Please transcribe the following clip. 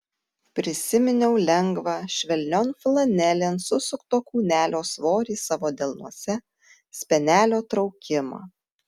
prisiminiau lengvą švelnion flanelėn susukto kūnelio svorį savo delnuose spenelio traukimą